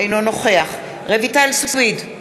אינו נוכח רויטל סויד,